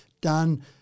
done